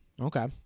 Okay